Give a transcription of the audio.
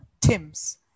Tims